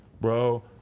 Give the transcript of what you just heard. bro